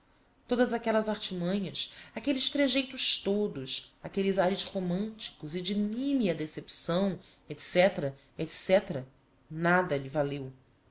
todas aquellas artimanhas aquelles tregeitos todos aquelles ares romanticos e de nimia decepção etc etc nada lhe valeu